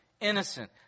innocent